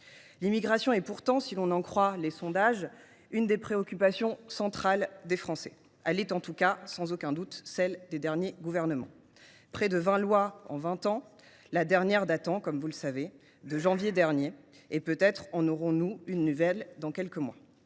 L’immigration est pourtant, si l’on en croit les sondages, une des préoccupations centrales des Français. Elle est en tout cas, sans aucun doute, celle des derniers gouvernements : près de vingt lois en vingt ans, la dernière datant – vous le savez – du mois de janvier dernier ; et peut être en aurons nous une nouvelle dans quelques mois…